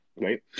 right